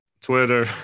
Twitter